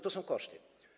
To są koszty.